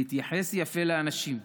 להתייחס יפה לאנשים.